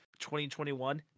2021